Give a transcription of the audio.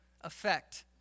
effect